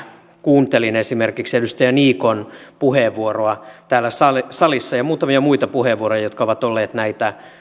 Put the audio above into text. kuuntelin esimerkiksi edustaja niikon puheenvuoroa täällä salissa ja muutamia muita puheenvuoroja jotka ovat olleet näitä